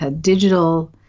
digital